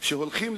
ולכן,